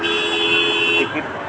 टिकीत कार्ड अस debit card काय असत?